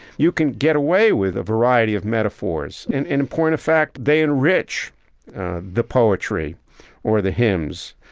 you can get away with a variety of metaphors. in in a point of fact, they enrich the poetry or the hymns.